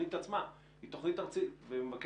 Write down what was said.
התוכנית עצמה היא תוכנית ארצית ומבקר